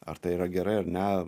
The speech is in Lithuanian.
ar tai yra gerai ar ne